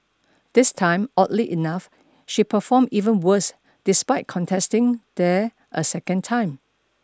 this time oddly enough she performed even worse despite contesting there a second time